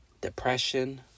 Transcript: depression